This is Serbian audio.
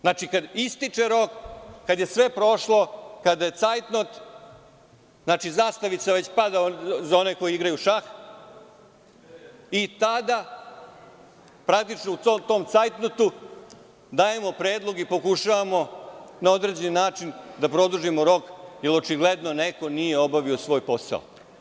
Znači, kada ističe rok, kada je sve prošlo, kada je cajtnot, zastavica već pada za one koji igraju šah i tada praktično u svom tom cajtnotu dajemo predlog i pokušavamo na određeni način da produžimo rok, jer očigledno neko nije radio svoj posao.